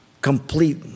complete